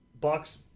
Bucks